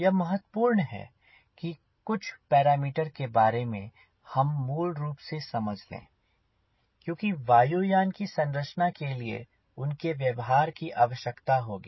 यह महत्वपूर्ण है कि कुछ पैरामीटर के बारे में हम मूल रूप से समझ ले क्योंकि वायुयान की संरचना के लिए उनके व्यवहार की आवश्यकता होगी